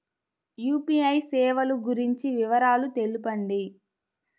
UPI సేవలు గురించి వివరాలు తెలుపండి?